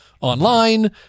online